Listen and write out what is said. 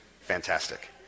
fantastic